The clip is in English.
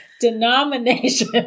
Denomination